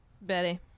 Betty